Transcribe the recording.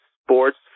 Sports